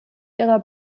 ihrer